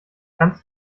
kannst